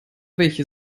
welche